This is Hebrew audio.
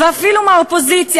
ואפילו מהאופוזיציה,